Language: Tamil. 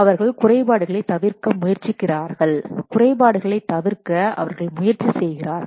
அவர்கள் குறைபாடுகளை தவிர்க்க முயற்சிக்கிறார்கள் குறைபாடுகளைத் தவிர்க்க அவர்கள் முயற்சி செய்கிறார்கள்